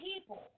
people